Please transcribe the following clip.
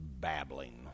babbling